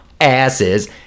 asses